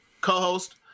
co-host